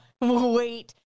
wait